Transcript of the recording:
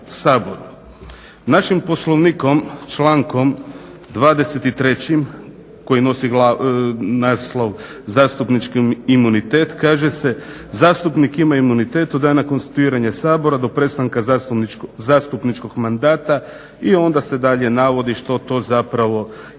Našim Poslovnikom člankom 23. koji nosi naslov zastupnički imunitet, kaže se "zastupnik ima imunitet od dana konstituiranja Sabora do prestanka zastupničkog mandata" i onda se dalje navodi što to zapravo imunitet